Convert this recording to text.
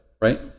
right